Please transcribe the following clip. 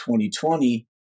2020